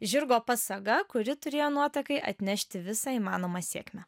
žirgo pasaga kuri turėjo nuotakai atnešti visą įmanomą sėkmę